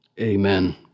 Amen